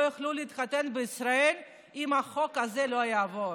לא יוכלו להתחתן בישראל אם החוק הזה לא יעבור.